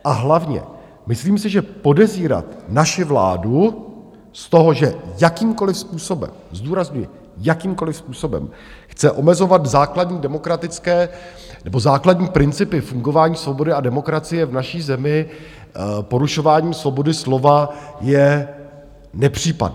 A hlavně si myslím, že podezírat naši vládu z toho, že jakýmkoliv způsobem zdůrazňuji jakýmkoliv způsobem chce omezovat základní demokratické... nebo základní principy fungování svobody a demokracie v naší zemi porušováním svobody slova je nepřípadné.